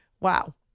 wow